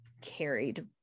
carried